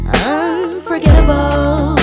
unforgettable